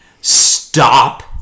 stop